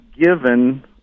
given